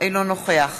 אינו נוכח